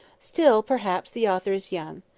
still, perhaps, the author is young.